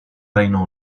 reino